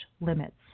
limits